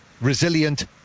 resilient